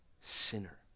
sinner